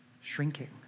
Shrinking